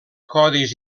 codis